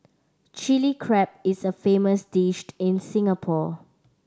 Chilli Crab is a famous dished in Singapore